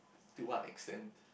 to what extend